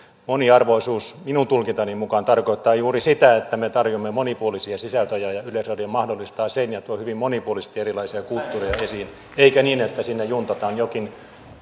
moniarvoisuus minun tulkintani mukaan tarkoittaa juuri sitä että me tarjoamme monipuolisia sisältöjä ja yleisradio mahdollistaa sen ja tuo hyvin monipuolisesti erilaisia kulttuureja esiin eikä niin että sinne juntataan jokin